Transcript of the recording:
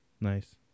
nice